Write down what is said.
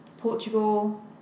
Portugal